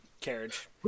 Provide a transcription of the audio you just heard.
carriage